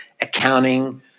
accounting